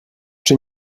czy